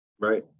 Right